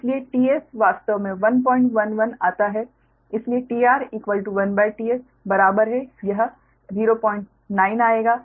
इसलिए tS वास्तव में 111 आता है इसलिए tR1tS बराबर है यह 090 आएगा